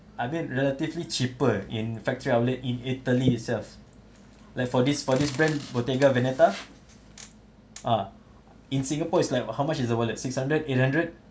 I mean relatively cheaper in factory outlet in italy itself like for this for this brand bottega veneta ah in singapore is like how much is the wallet six hundred eight hundred